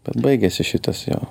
bet baigėsi šitas jo